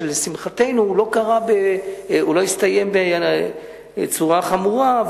שלשמחתנו לא הסתיים בצורה חמורה,